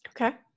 Okay